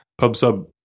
PubSub